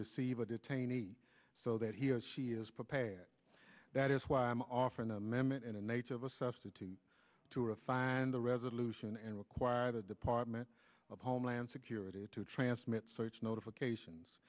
receive the detainees so that he or she is prepared that is why i am offer an amendment in the nature of a substitute to refine the resolution and require the department of homeland security to transmit search notifications